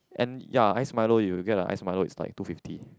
and ya ice Milo you get a ice Milo is like two fifty